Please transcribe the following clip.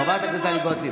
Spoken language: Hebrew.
חברת הכנסת טלי גוטליב.